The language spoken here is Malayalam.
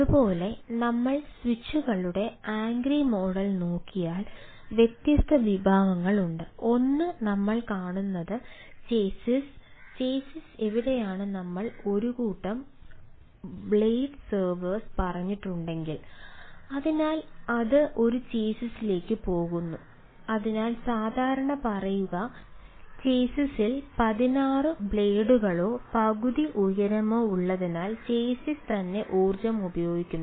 അതുപോലെ നമ്മൾ സ്വിച്ച് കളുടെ ആംഗ്രി മോഡൽ 11 ശതമാനവും ഉപയോഗിക്കുന്നു